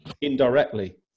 indirectly